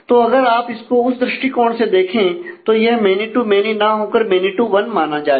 तो अगर आप इसको उस दृष्टिकोण से देखें तो यह मेनी टू मेनी ना होकर मेनी टू वन माना जाएगा